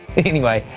anyway,